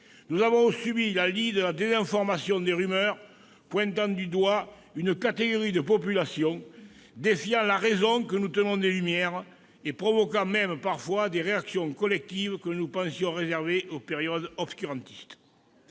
Nous avons subi la lie de la désinformation, des rumeurs, pointant du doigt une catégorie de population, défiant la raison que nous tenons des Lumières, provoquant même parfois des réactions collectives que nous pensions réservées aux périodes obscurantistes.